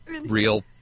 real